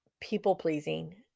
people-pleasing